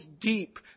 deep